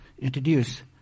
Introduce